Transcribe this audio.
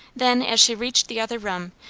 then, as she reached the other room,